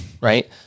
right